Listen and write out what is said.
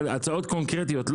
אבל הצעות קונקרטיות.